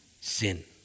sin